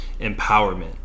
empowerment